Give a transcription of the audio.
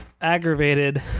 aggravated